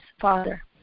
Father